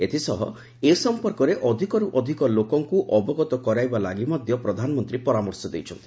ଏଥିସହ ଏ ସମ୍ପର୍କରେ ଅଧିକରୁ ଅଧିକ ଲୋକଙ୍କୁ ଅବଗତ କରାଇବା ଲାଗି ମଧ୍ୟ ପ୍ରଧାନମନ୍ତ୍ରୀ ପରାମର୍ଶ ଦେଇଛନ୍ତି